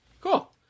Cool